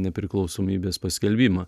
nepriklausomybės paskelbimą